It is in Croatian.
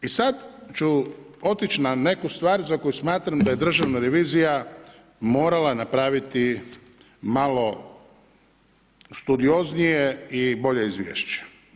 I sada ću otići na neku stvar za koju smatram da je državna revizija morala napraviti malo studioznije i bolje izvješće.